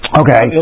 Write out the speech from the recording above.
okay